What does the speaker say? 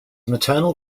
maternal